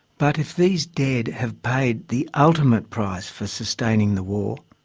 but if these dead have paid the ultimate price for sustaining the war,